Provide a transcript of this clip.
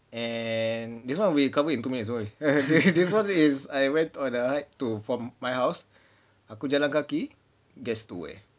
and this [one] we will cover in two minutes don't worry this [one] is I went for the hike to from my house aku jalan kaki guess to where